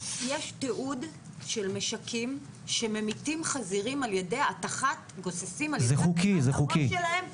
יש תיעוד של משקים שממיתים חזירים גוססים על ידי הטחת הראש שלהם בקיר.